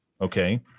Okay